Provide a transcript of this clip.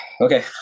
Okay